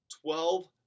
Twelve